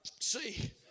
see